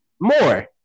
more